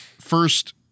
first